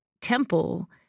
temple